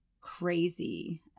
crazy